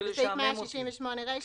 --- (טו)בסעיף 168 רישה,